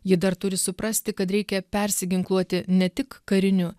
ji dar turi suprasti kad reikia persiginkluoti ne tik kariniu